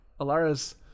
Alara's